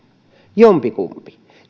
jompikumpi